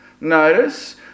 Notice